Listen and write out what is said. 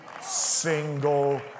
single